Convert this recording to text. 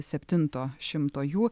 septinto šimto jų